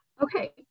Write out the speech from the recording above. Okay